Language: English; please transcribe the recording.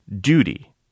Duty